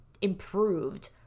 improved